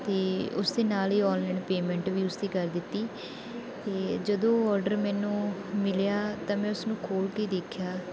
ਅਤੇ ਉਸ ਦੇ ਨਾਲ ਹੀ ਔਨਲਾਈਨ ਪੇਮੈਂਟ ਵੀ ਉਸ ਦੀ ਕਰ ਦਿੱਤੀ ਅਤੇ ਜਦੋਂ ਉਹ ਔਡਰ ਮੈਨੂੰ ਮਿਲਿਆ ਤਾਂ ਮੈਂ ਉਸਨੂੰ ਖੋਲ੍ਹ ਕੇ ਦੇਖਿਆ